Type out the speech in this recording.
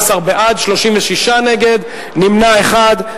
ובכן, 11 בעד, 36 נגד, נמנע אחד.